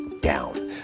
down